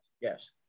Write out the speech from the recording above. Yes